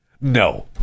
No